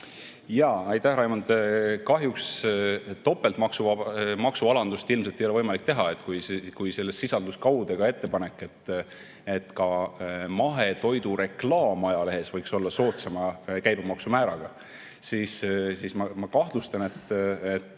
e g Aitäh, Raimond! Kahjuks ei ole topeltmaksualandust ilmselt võimalik teha. Kui selles sisaldus kaude ettepanek, et ka mahetoidureklaam ajalehes võiks olla soodsama käibemaksumääraga, siis ma kahtlustan, et